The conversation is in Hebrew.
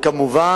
כמובן,